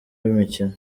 w’imikino